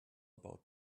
about